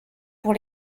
pour